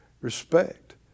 respect